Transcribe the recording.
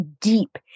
deep